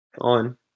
on